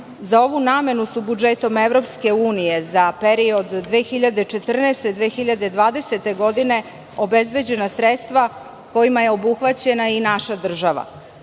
ovu namenu su budžetom EU za period 2014-2020. godine obezbeđena sredstva kojima je obuhvaćena i naša država.